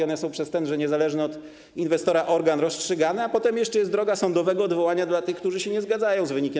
One są przez ten niezależny od inwestora organ rozstrzygane, a potem jeszcze jest droga sądowego odwołania dla tych, którzy nie zgadzają się z wynikiem.